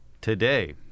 today